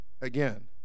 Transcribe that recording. again